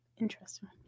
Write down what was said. Interesting